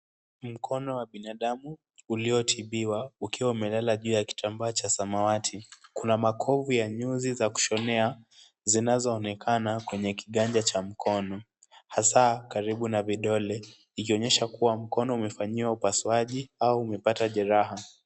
Mkono wa binadamu uliotibiwa ukiwa umelala juu ya kitambaa cha samawati. Kuna makovu ya nyuzi za kushonea zinazoonekana kwenye kiganja cha mkono hasa karibu na vidole ikionyesha kuwa mkono umefanyiwa upasuaji au umepata jeraha.